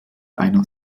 einer